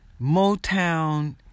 Motown